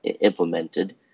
implemented